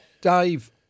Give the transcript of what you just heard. Dave